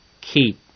keep